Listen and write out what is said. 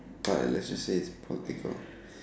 what let's just say its political